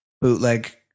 bootleg